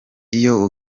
iyo